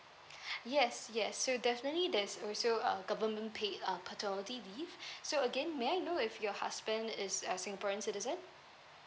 yes yes so definitely there's also um government paid uh paternity leave so again may I know if your husband is a singaporean citizen